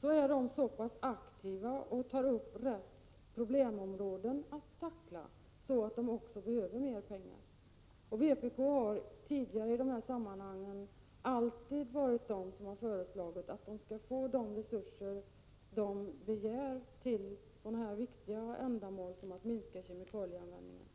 kommer man där att vara så aktiv att man tar upp de rätta problemområdena, och då kommer man också att behöva mer pengar. Vpk har tidigare i dessa sammanhang alltid varit det parti som föreslagit att kemikalieinspektionen skall få de resurser som den begär till ett så viktigt ändamål som minskning av kemikalieanvändningen.